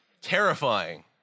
terrifying